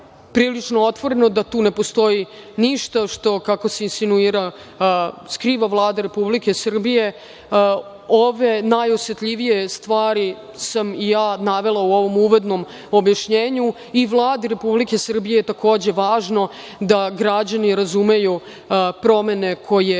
otvoreno, da tu ne postoji ništa što, kako se insinuira skriva Vlada Republike Srbije. Ove najosetljivije stvari sam i navela u ovom uvodnom objašnjenju i Vladi Republike Srbije je takođe važno da građani razumeju promene koje